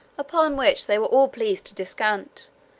upon which they were all pleased to descant,